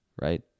right